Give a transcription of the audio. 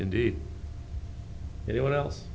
indeed anyone else